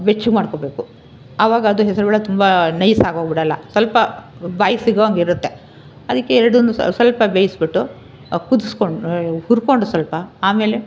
ಬೆಚ್ಚಗೆ ಮಾಡಿಕೋಬೇಕು ಆವಾಗ ಅದು ಹೆಸರು ಬೇಳೆ ತುಂಬ ನೈಸಾಗೋಗ್ಬಿಡಲ್ಲ ಸ್ವಲ್ಪ ಬಾಯಿಗೆ ಸಿಗೋ ಹಂಗಿರತ್ತೆ ಅದಕ್ಕೆ ಎರಡನ್ನು ಸಹ ಸ್ವಲ್ಪ ಬೇಯಿಸ್ಬಿಟ್ಟು ಕುದಸ್ಕೊಂ ಹುರ್ಕೊಂಡು ಸ್ವಲ್ಪ ಆಮೇಲೆ